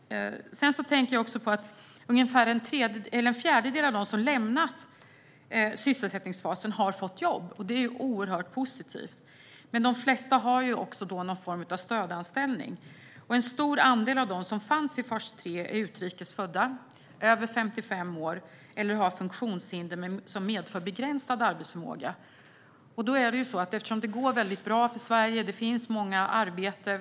Jag tänker också på att ungefär en fjärdedel av dem som lämnat sysselsättningsfasen har fått jobb. Det är oerhört positivt. Men de flesta har också någon form av stödanställning. En stor andel av dem som fanns i fas 3 är utrikes födda, över 55 år eller har funktionshinder som medför begränsad arbetsförmåga. Eftersom det går väldigt bra för Sverige finns det många i arbete.